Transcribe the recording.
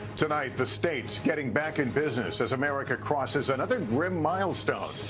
tonight, the states getting back in business as america crosses another grim milestone.